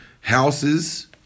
houses